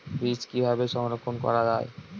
বীজ কিভাবে সংরক্ষণ করা যায়?